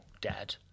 Dad